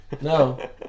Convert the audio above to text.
No